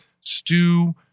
stew